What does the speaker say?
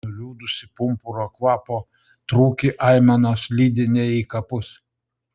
nuliūdusį pumpuro kvapo trūkį aimanos lydi ne į kapus